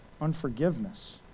unforgiveness